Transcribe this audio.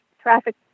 traffic